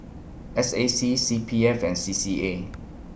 S A C C P F and C C A